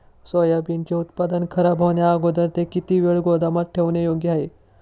सोयाबीनचे उत्पादन खराब होण्याअगोदर ते किती वेळ गोदामात ठेवणे योग्य आहे?